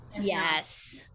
Yes